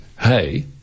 Hey